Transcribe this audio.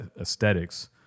aesthetics